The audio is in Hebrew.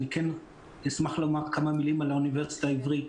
כן אשמח לומר כמה מילים על האוניברסיטה העברית.